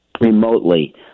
remotely